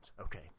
Okay